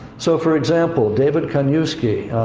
so, for example, david kaniewski,